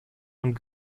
und